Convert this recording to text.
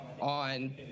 on